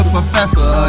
Professor